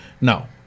No